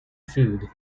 food